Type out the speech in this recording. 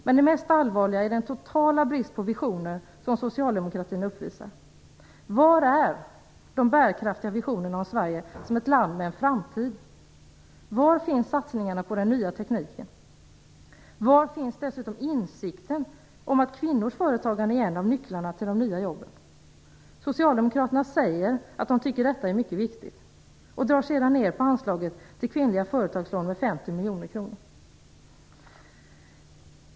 Men det mest allvarliga är den totala brist på visioner som socialdemokratin uppvisar. Var är de bärkraftiga visionerna om Sverige som ett land med en framtid? Var finns satsningarna på den nya tekniken? Var finns dessutom insikten om att kvinnors företagande är en av nycklarna till de nya jobben? Socialdemokraterna säger att de tycker att detta är mycket viktigt - och drar sedan ner på anslaget Kvinnliga företagslån med 50 miljoner kronor.